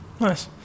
Nice